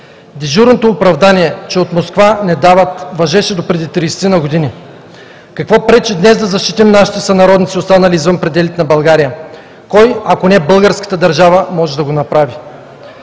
Дежурното оправдание, че от Москва не дават, важеше допреди тридесетина години. Какво пречи днес да защитим нашите сънародници, останали извън пределите на България? Кой, ако не българската държава, може да го направи?